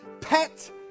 pet